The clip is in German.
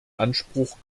anspruch